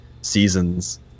seasons